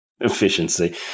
Efficiency